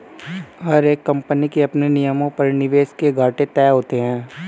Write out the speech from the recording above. हर एक कम्पनी के अपने नियमों पर निवेश के घाटे तय होते हैं